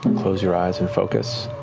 close your eyes and focus.